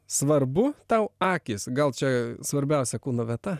svarbu tau akys gal čia svarbiausia kūno vieta